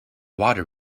water